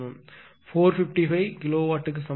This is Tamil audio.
455 kW க்கு சமம்